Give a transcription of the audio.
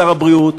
שר הבריאות,